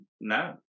No